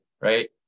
right